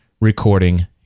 recording